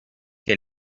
que